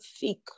thick